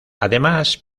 además